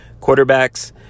Quarterbacks